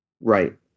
Right